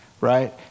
right